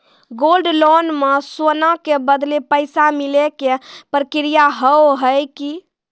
Gold loan मे सोना के बदले पैसा मिले के प्रक्रिया हाव है की?